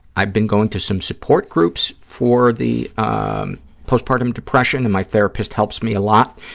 i've been going to some support groups for the postpartum depression, and my therapist helps me a lot,